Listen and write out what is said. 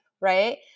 Right